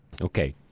Okay